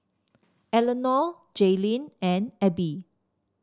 Elenor Jaylynn and Abie